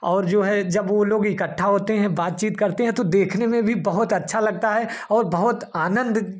और जो है जब वह लोग इकट्ठा होते हैं बातचीत करते हैं तो देखने में भी बहुत अच्छा लगता है और बहुत आनंद